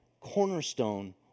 cornerstone